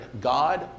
God